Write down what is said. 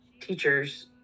teachers